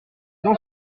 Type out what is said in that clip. dans